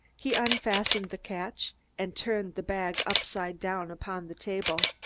he unfastened the catch and turned the bag upside down upon the table.